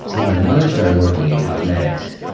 so my mother started working in cosmetics.